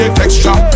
texture